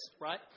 right